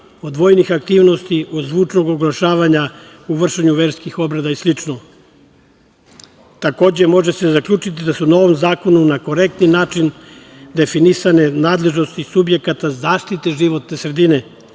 odvojenih aktivnosti od zvučnog oglašavanja, u vršenju verskih obreda i slično. Takođe, može se zaključiti da su u ovom zakonu na korektni način definisane nadležnosti subjekata zaštite životne sredine,